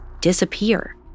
disappear